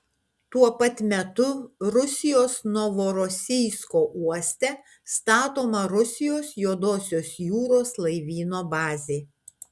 tuo pat metu rusijos novorosijsko uoste statoma rusijos juodosios jūros laivyno bazė